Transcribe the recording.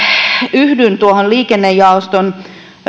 yhdyn tuohon liikennejaoston